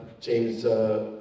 James